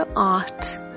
art